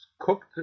cooked